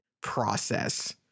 process